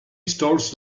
stores